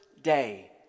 day